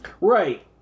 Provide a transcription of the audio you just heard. Right